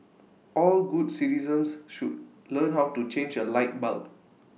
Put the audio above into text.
all good citizens should learn how to change A light bulb